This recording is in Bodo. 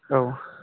औ